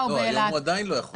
היום הוא עדיין לא יכול,